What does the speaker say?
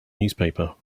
newspaper